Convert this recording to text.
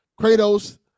Kratos